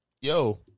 Yo